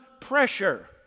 pressure